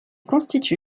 constitue